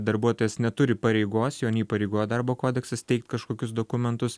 darbuotojas neturi pareigos jo neįpareigoja darbo kodeksas teikt kažkokius dokumentus